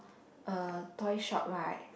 uh toy shop right